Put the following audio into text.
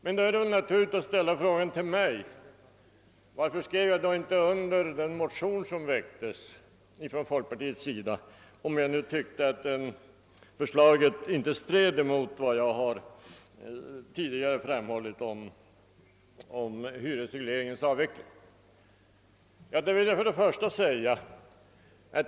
Men då är det väl naturligt att ställa frågan till mig varför jag inte skrev under den motion som väcktes från folkpartiets sida, om jag tyckte att förslaget inte stred emot de synpunkter jag tidigare framfört om hyresregleringens avveckling.